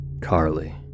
Carly